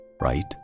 right